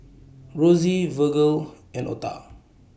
Rosie Virgle and Ota